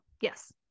Yes